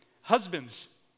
Husbands